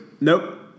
Nope